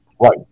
Right